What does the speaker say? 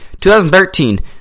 2013